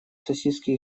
сосиски